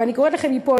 ואני קוראת לכם מפה,